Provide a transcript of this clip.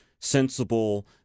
sensible